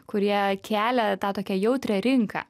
kurie kelia tą tokią jautrią rinką